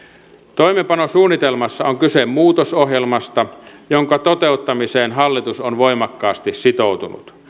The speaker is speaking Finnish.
toimeenpanosuunnitelmassa on kyse muutosohjelmasta jonka toteuttamiseen hallitus on voimakkaasti sitoutunut